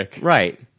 right